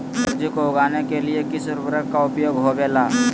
सब्जी को उगाने के लिए किस उर्वरक का उपयोग होबेला?